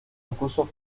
recursos